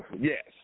Yes